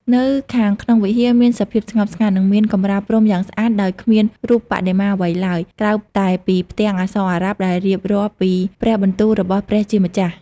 នៅខាងក្នុងវិហារមានសភាពស្ងប់ស្ងាត់ និងមានកម្រាលព្រំយ៉ាងស្អាត ដោយគ្មានរូបបដិមាអ្វីឡើយ ក្រៅតែពីផ្ទាំងអក្សរអារ៉ាប់ដែលរៀបរាប់ពីព្រះបន្ទូលរបស់ព្រះជាម្ចាស់។